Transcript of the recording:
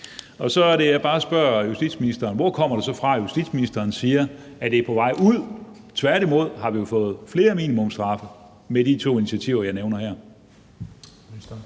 Så er det bare, jeg spørger justitsministeren: Hvorfra kommer det så, at justitsministeren siger, at det er på vej ud? Tværtimod har vi jo fået flere minimumsstraffe med de to initiativer, jeg her